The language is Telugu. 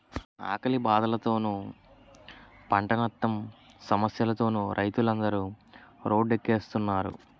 ఆకలి బాధలతోనూ, పంటనట్టం సమస్యలతోనూ రైతులందరు రోడ్డెక్కుస్తున్నారు